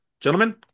gentlemen